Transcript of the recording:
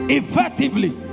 effectively